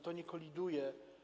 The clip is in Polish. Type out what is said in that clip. To nie koliduje.